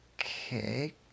okay